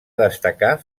destacar